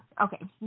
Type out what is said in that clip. Okay